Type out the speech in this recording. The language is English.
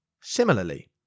Similarly